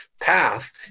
path